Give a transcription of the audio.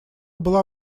была